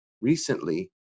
recently